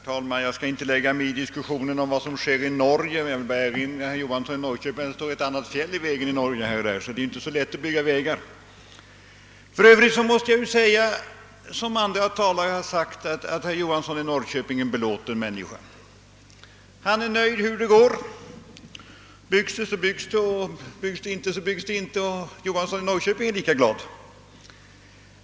Herr talman! Jag skall inte lägga mig i diskussionen om vad som sker i Norge, utan jag vill bara erinra herr Johansson i Norrköping om att det står ett och annat fjäll i vägen där. Då är det inte så lätt att bygga vägar. Sedan instämmer jag i vad andra talare redan sagt, nämligen att herr Johansson i Norrköping är en mycket belåten man. Han är nöjd hur det än går. Byggs det vägar så byggs det, och bygger man inte så är herr Johansson ändå lika glad.